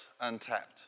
untapped